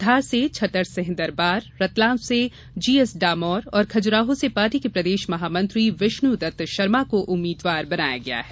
धार से छतर सिंह दरबार रतलाम से G S Damor और खजुराहो से पार्टी के प्रदेश महामंत्री विष्णुदत्त शर्मा को उम्मीद्वार बनाया गया है